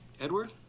Edward